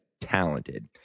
talented